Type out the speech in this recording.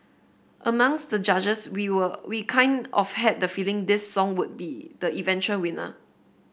amongst the judges we'll we kind of had the feeling this song would be the eventual winner